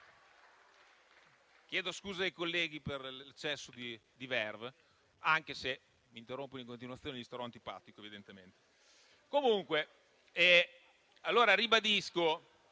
Chiedo scusa ai colleghi per l'eccesso di *verve*, anche se mi interrompono in continuazione. Starò loro antipatico, evidentemente. Comunque è davvero antipatico